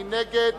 מי נגד?